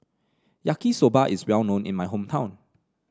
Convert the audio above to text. Yaki Soba is well known in my hometown